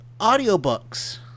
audiobooks